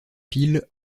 pile